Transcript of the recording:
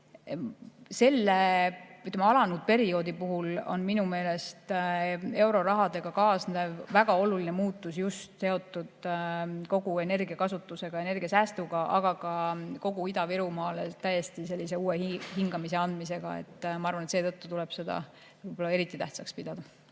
Selle alanud perioodi puhul on minu meelest eurorahadega kaasnev väga oluline muutus just seotud kogu energiakasutusega, energiasäästuga, aga ka kogu Ida-Virumaale täiesti uue hingamise andmisega. Ma arvan, et seetõttu tuleb seda eriti tähtsaks pidada.